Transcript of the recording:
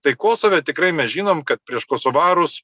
tai kosove tikrai mes žinom kad prieš kosovarus